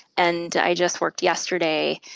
and i just worked yesterday,